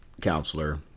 counselor